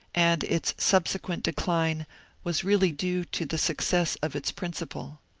and its subsequent decline was really due to the success of its principle.